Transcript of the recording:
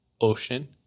Ocean